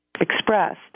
expressed